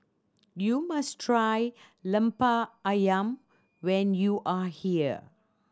you must try Lemper Ayam when you are here